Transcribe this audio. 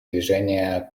движение